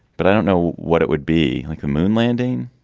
but i don't know what it would be like. a moon landing.